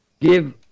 give